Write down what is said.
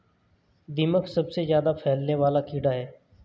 दीमक सबसे ज्यादा फैलने वाला कीड़ा है